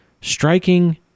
striking